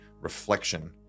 reflection